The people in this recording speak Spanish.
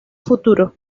futuro